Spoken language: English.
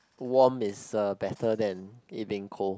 warm is uh better than it being cold